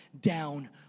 down